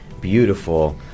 beautiful